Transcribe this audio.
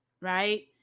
right